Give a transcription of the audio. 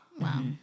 Wow